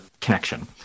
connection